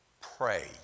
Pray